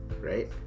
Right